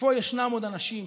איפה ישנם עוד אנשים